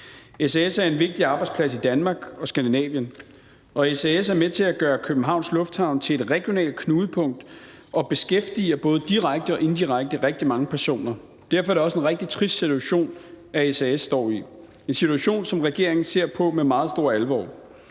SAS er en vigtig arbejdsplads i Danmark og Skandinavien. SAS er med til at gøre Københavns Lufthavn til et regionalt knudepunkt og beskæftiger både direkte og indirekte rigtig mange personer. Derfor er det også en rigtig trist situation, SAS står i; en situation, som regeringen ser på med meget stor alvor.